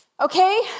okay